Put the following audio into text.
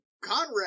Conrad